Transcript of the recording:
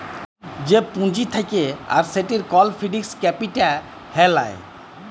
যে পুঁজি থাক্যে আর সেটির কল ফিক্সড ক্যাপিটা হ্যয় লায়